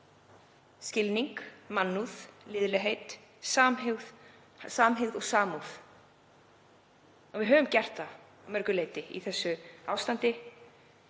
skilning, mannúð, liðlegheit, samhygð og samúð og við höfum gert það að mörgu leyti í þessu ástandi.